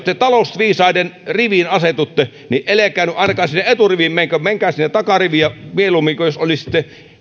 te talousviisaiden riviin asetutte niin älkää nyt ainakaan sinne eturiviin menkö vaan menkää sinne takariviin ja mieluumminkin jos olisitte